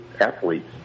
athletes